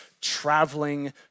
traveling